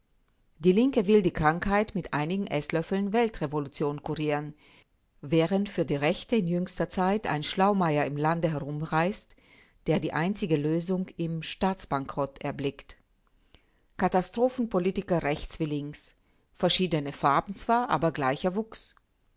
die linke will die krankheit mit einigen eßlöffeln weltrevolution kurieren während für die rechte in jüngster zeit ein schlaumeier im lande herumreist der die einzige lösung im staatsbankrott erblickt katastrophenpolitiker rechts wie links verschiedene farben zwar aber gleicher wuchs